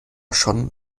schon